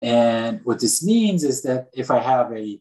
And what this means is that if I have a